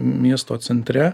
miesto centre